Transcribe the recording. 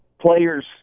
players